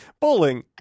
Bowling